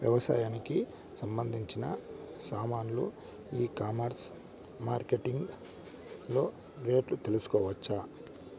వ్యవసాయానికి సంబంధించిన సామాన్లు ఈ కామర్స్ మార్కెటింగ్ లో రేట్లు తెలుసుకోవచ్చా?